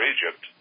Egypt